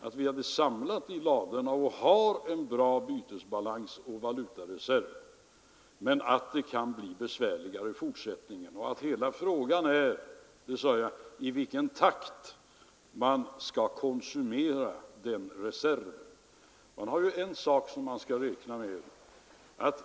att vi har samlat i ladorna och har en bra bytesbalans och valutareserv men att det kan bli besvärligare i fortsättningen. Frågan gäller, sade jag, i vilken takt man skall konsumera den reserven. En sak skall vi räkna med.